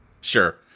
Sure